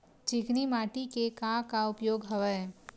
चिकनी माटी के का का उपयोग हवय?